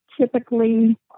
typically